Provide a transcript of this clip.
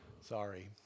sorry